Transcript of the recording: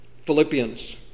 Philippians